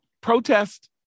protest